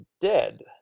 dead